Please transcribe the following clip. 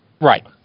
Right